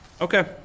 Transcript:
Okay